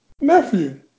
Nephew